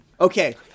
Okay